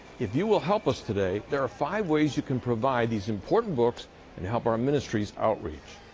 if you will help us today, there are five ways you can provide these important books and help our ministry's outreach.